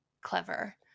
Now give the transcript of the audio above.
Clever